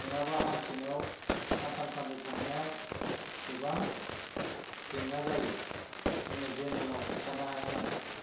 नङाबा हानथिनायाव सानथाम सानब्रै थांनायाव गोबां जेंना जायो जोङो जेनेरेलाव थानो हाया नालाय